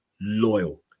loyal